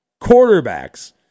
quarterbacks